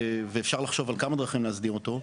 אפשר לחשוב על כמה דרכים להסדיר אותו,